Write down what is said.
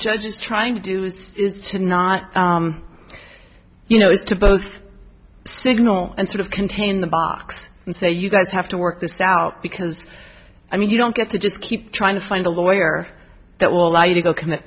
judge is trying to do is to not you know it's to both signal and sort of contain the box and say you guys have to work this out because i mean you don't get to just keep trying to find a lawyer that will allow you to go commit